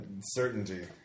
certainty